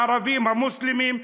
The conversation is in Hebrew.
הערבים המוסלמים,